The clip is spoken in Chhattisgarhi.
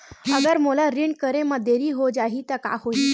अगर मोला ऋण करे म देरी हो जाहि त का होही?